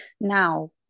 now